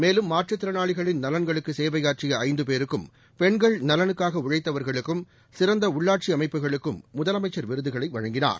மேலும்மாற்றுத் திறனாளிகளின் நலன்களுக்கு சேவையாற்றிய ஐந்து பேருக்கும் பெண்கள் நலனுக்காக உழைத்தவர்களுக்கும் சிறந்த உள்ளாட்சி அமைப்புகளுக்கும் முதலமைச்சர் விருதுகளை வழங்கினார்